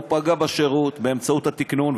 הוא פגע בשירות באמצעות התִקנון,